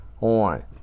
on